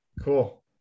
cool